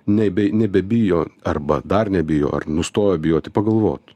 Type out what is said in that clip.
nei bei nebebijo arba dar nebijo ar nustojo bijoti pagalvot